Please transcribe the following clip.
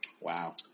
wow